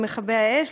למכבי האש,